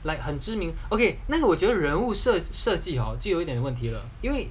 like 很知名 okay 那个我觉得人物摄影设计好就有一点的问题了因为